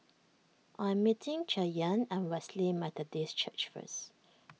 I'm meeting Cheyanne at Wesley Methodist Church first